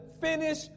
finish